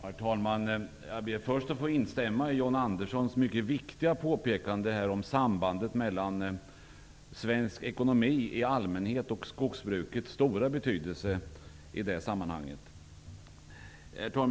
Herr talman! Jag ber först att få instämma i John Anderssons mycket viktiga påpekande om sambandet mellan svensk ekonomi i allmänhet och skogsbruket. Skogsbruket har en stor betydelse i det sammanhanget.